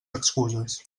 excuses